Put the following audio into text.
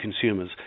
consumers